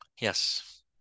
yes